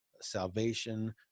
salvation